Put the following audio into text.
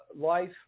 life